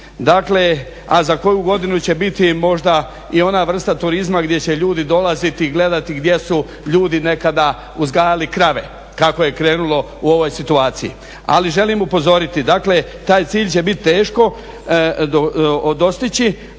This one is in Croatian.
Dakle a za koju godinu će biti možda i ona vrsta turizma gdje će ljudi dolaziti, gledati gdje su ljudi nekada uzgajali krave kako je krenulo u ovoj situaciji. Ali želim upozoriti dakle, taj cilj će biti teško dostići